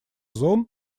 зон